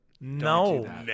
No